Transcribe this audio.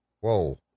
Whoa